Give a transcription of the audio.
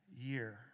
year